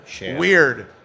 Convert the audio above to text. weird